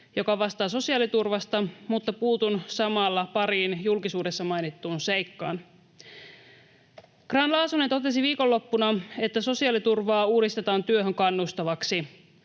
joka vastaa sosiaaliturvasta, mutta puutun samalla pariin julkisuudessa mainittuun seikkaan. Grahn-Laasonen totesi viikonloppuna, että sosiaaliturvaa uudistetaan työhön kannustavaksi.